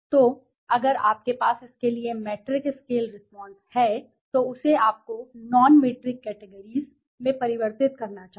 तो अगर आपके पास इसके लिए मैट्रिक्स स्केल रिस्पांस है तो उसे आपको नॉन मीट्रिक कैटेगरीज़ में परिवर्तित करना चाहिए